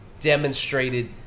demonstrated